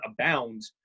abound